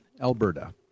Alberta